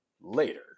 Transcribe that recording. later